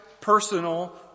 personal